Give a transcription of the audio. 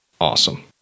Awesome